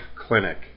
clinic